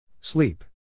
Sleep